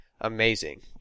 amazing